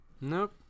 Nope